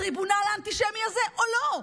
בטריבונל האנטישמי הזה או לא?